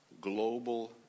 global